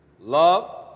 Love